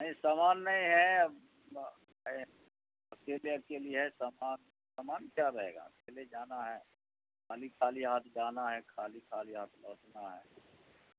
نہیں سامان نہیں ہے اکیلے اکیلی ہے سامان سامان کیا رہے گا اکیلے جانا ہے خالی خالی ہاتھ جانا ہے خالی خالی ہاتھ لوٹنا ہے